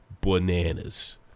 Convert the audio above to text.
bananas